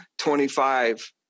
25